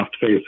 face